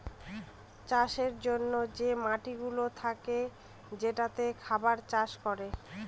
চাষের জন্যে যে মাটিগুলা থাকে যেটাতে খাবার চাষ করে